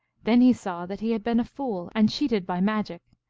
then he saw that he had been a fool and cheated by magic,